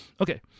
okay